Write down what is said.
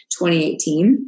2018